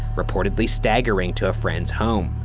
reportedly staggering to a friend's home,